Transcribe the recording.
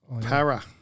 Para